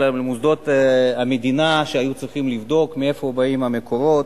אלא מוסדות המדינה שצריכים לבדוק מאיפה באים המקורות.